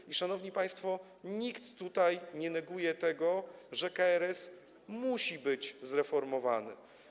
I, szanowni państwo, nikt tutaj nie neguje tego, że KRS musi być zreformowany.